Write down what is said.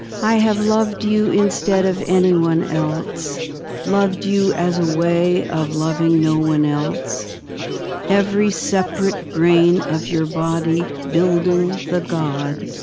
i have loved you instead of anyone else loved you as a way of loving no one else every separate grain of your body building the god,